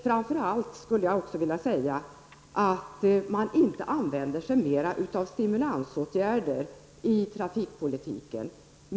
Framför allt vill jag peka på att man inte använder mer av stimulansåtgärder i trafikpolitiken.